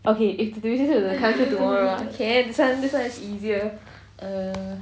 okay if the wishes will come true tomorrow ah can this one this one is easier err